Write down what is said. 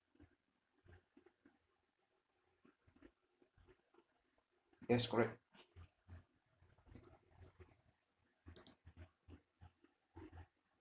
yes correct